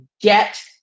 get